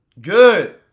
Good